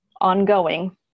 ongoing